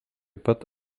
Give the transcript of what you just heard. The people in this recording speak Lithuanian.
pat